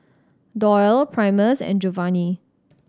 Doyle Primus and Jovanny